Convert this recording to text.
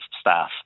staff